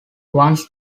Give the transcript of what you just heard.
once